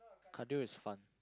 cardio is fun